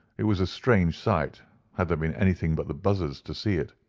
it was a strange sight had there been anything but the buzzards to see it.